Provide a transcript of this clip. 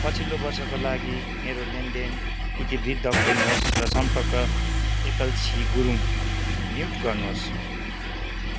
पछिल्लो वर्षका लागि मेरो लेनदेन इतिवृत्त खोल्नुहोस् र सम्पर्क एतलक्षी गुरुङ म्युट गर्नुहोस्